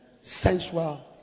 sensual